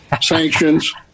Sanctions